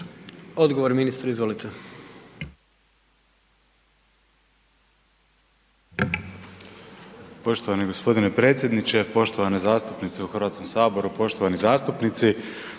Josip (HDZ)** Poštovani gospodine predsjedniče, poštovane zastupnice u Hrvatskom saboru, poštovani zastupnici,